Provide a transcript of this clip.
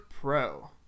pro